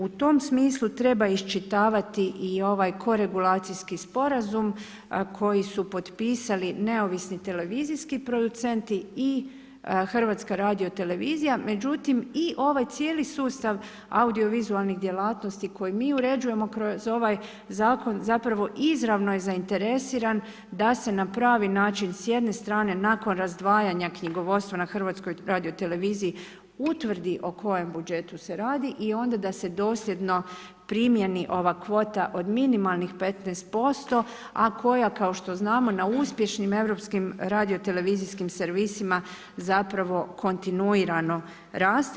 U tom smislu treba iščitavati i ovaj koregulacijski sporazum koji su potpisali neovisni televizijski producenti i HRT, međutim i ovaj cijeli sustav audiovizualnih djelatnosti koje mi uređujemo kroz ovaj zakon izravno je zainteresiran da se na pravi način s jedne strane, nakon razdvajanja knjigovodstva na HRT-u utvrdi o kojem budžetu se radi i onda da se dosljedno primijeni ova kvota od minimalnih 15%, a koja kao što znamo, na uspješnim europskim radiotelevizijskim servisima zapravo kontinuirano raste.